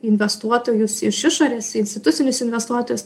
investuotojus iš išorės institucinius investuotojus